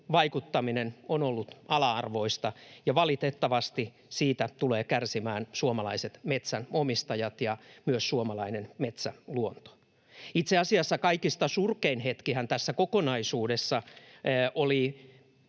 vaikuttaminen on ollut ala-arvoista, ja valitettavasti siitä tulevat kärsimään suomalaiset metsänomistajat ja myös suomalainen metsäluonto. Itse asiassa kaikista surkein hetkihän tässä kokonaisuudessa oli